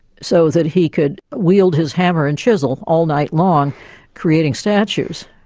so that he could wield his hammer and chisel all night long creating statues.